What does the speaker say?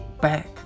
back